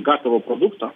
gatavo produkto